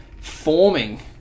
forming